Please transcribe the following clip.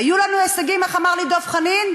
היו לנו הישגים, איך אמר לי דב חנין?